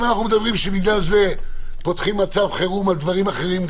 אם אנחנו אומרים שבגלל זה פותחים מצב חירום בנושאים אחרים,